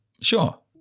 Sure